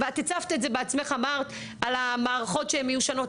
ואת הצפת את זה בעצמך אמרת על המערכות שהן מיושנות.